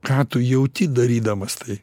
ką tu jauti darydamas tai